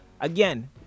again